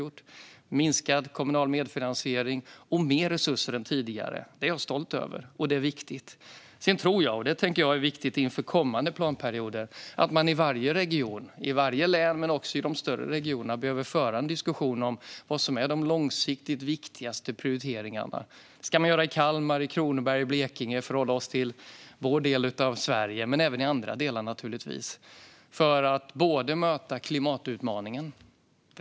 Det är minskad kommunal medfinansiering och mer resurser än tidigare. Det är jag stolt över. Det är viktigt. Något som är viktigt inför kommande planperioder är att man i varje region - i varje län men också i de större regionerna - för en diskussion om vilka de långsiktigt viktigaste prioriteringarna är. Detta ska man göra i Kalmar, Kronoberg och Blekinge, för att hålla oss till vår del av Sverige, men naturligtvis även i andra delar, för att möta klimatutmaningen.